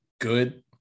good